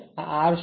R શું છે